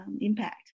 impact